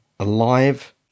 alive